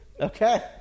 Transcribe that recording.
Okay